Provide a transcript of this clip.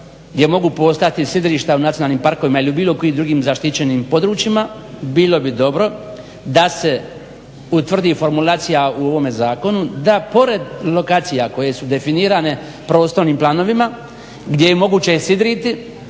gdje mogu postojati sidrišta u nacionalnim parkovima ili u bilo kojim drugim zaštićenim područjima. Bilo bi dobro da se utvrdi formulacija u ovome zakonu da pored lokacija koje su definirane prostornim planovima gdje je moguće sidriti